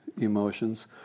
emotions